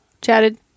Chatted